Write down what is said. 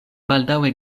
baldaŭe